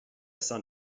san